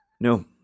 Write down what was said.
No